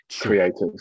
creators